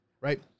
right